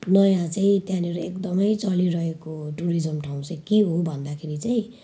नयाँ चाहिँ त्यहाँनेर एकदमै चलिरहेको हो टुरिज्म ठाउँ चाहिँ के हो भन्दाखेरि चाहिँ